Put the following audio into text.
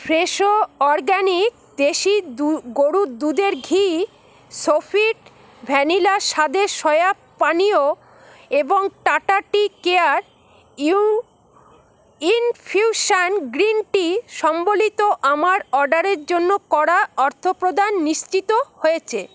Fresho organic দেশি গরুর দুধের ঘি সোফিট ভ্যানিলা স্বাদের সয়া পানীয় এবং Tata tea care U infusion green tea সম্বলিত আমার অর্ডারের জন্য করা অর্থ প্রদান নিশ্চিত হয়েছে